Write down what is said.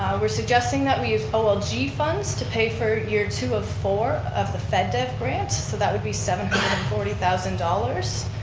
we're suggesting that we use olg funds to pay for year two of four of the feddev grant so that would be seven hundred but and forty thousand dollars.